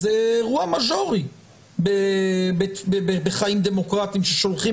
זה אירוע מז'ורי בחיים דמוקרטיים ששולחים